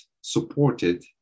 supported